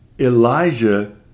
Elijah